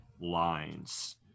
lines